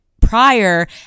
Prior